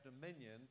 dominion